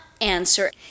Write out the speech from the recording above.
answer